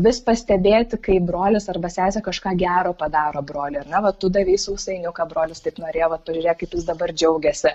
vis pastebėti kaip brolis arba sesė kažką gero padaro broliui ar ne vat tu davei sausainiuką brolis taip norėjo vat pažiūrėk kaip jis dabar džiaugiasi